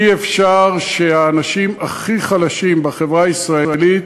אי-אפשר שהאנשים הכי חלשים בחברה הישראלית